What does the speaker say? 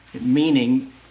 meaning